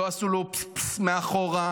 לא עשו לו פסס-פסס מאחור.